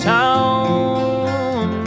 town